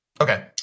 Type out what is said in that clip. Okay